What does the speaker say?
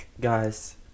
guys